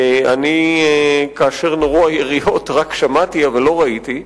אני רק שמעתי שנורו יריות, לא ראיתי,